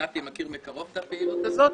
נתי מכיר מקרוב את הפעילות שלנו.